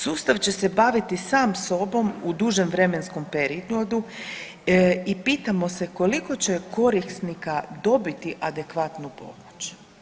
Sustav će se baviti sam sobom u dužem vremenskom periodu i pitamo se koliko će korisnika dobiti adekvatnu pomoć.